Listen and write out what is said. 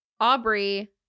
Aubrey